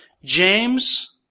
James